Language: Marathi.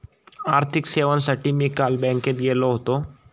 आर्थिक सेवांसाठी मी काल बँकेत गेलो होतो